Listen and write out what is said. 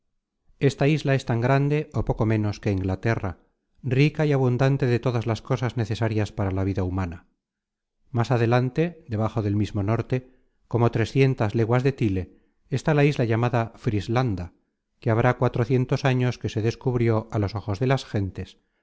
esta isla es tan grande ó poco ménos que inglaterra rica y abundante de todas las cosas necesarias para la vida humana más adelante debajo del mismo norte como trescientas leguas de tile está la isla llamada frislanda que habrá cuatrocientos años que se descubrió á los ojos de las gentes